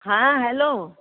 हा हलो